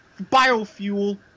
biofuel